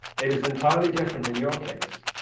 it is entirely different in your case.